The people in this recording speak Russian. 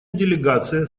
делегация